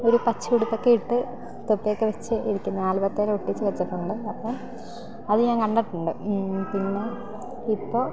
ഒരു പച്ച ഉടുപ്പൊക്കെ ഇട്ട് തൊപ്പിയൊക്കെ വെച്ച് ഇരിക്കുന്ന ആൽബത്തേലൊട്ടിച്ച് വെച്ചിട്ടുണ്ട് അപ്പം അത് ഞാൻ കണ്ടിട്ടുണ്ട് പിന്നെ ഇപ്പോൾ